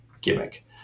gimmick